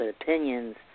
opinions